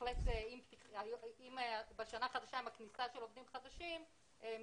אם בשנה החדשה בכניסה של עובדים חדשים מתייצבת.